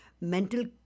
mental